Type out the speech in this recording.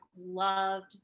loved